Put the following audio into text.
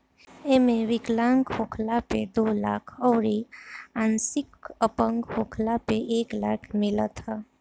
एमे विकलांग होखला पे दो लाख अउरी आंशिक अपंग होखला पे एक लाख मिलत ह